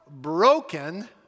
broken